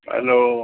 hello